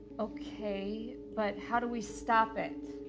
okay, but how do we stop it?